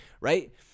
right